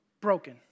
broken